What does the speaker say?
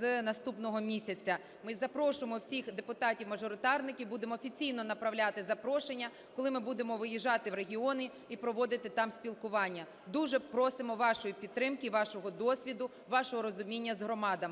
з наступного місяця. Ми запрошуємо всіх депутатів-мажоритарників. Будемо офіційно направляти запрошення, коли ми будемо виїжджати в регіони і проводити там спілкування. Дуже просимо вашої підтримки і вашого досвіду, вашого розуміння з громадами.